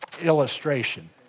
illustration